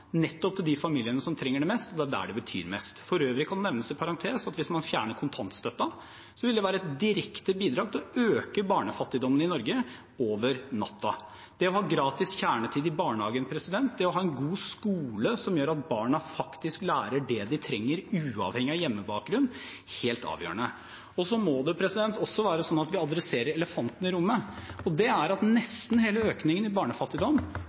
nettopp til de familiene som trenger det mest, og det er der det betyr mest. For øvrig kan det nevnes i parentes at hvis man fjerner kontantstøtten, vil det være et direkte bidrag til å øke barnefattigdommen i Norge over natten. Det å ha gratis kjernetid i barnehagen, det å ha en god skole som gjør at barna faktisk lærer det de trenger, uavhengig av hjemmebakgrunn, er helt avgjørende. Det må også være sånn at vi alle ser elefanten i rommet, og det er at nesten hele økningen i barnefattigdom